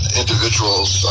individuals